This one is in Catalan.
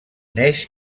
neix